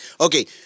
okay